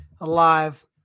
alive